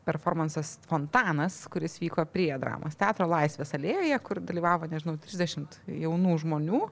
performansas fontanas kuris vyko prie dramos teatro laisvės alėjoje kur dalyvavo nežinau trisdešim jaunų žmonių